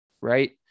Right